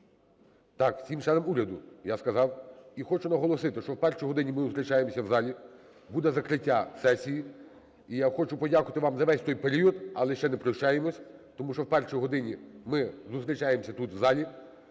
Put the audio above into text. Так, всім членам уряду, я казав. І хочу наголосити, що о першій годині ми зустрічаємося в залі. Буде закриття сесії, і я хочу подякувати вам за весь той період, але ще не прощаємося, тому що о першій годині ми зустрічаємося тут у залі.